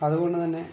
അതുകൊണ്ട് തന്നെ